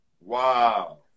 Wow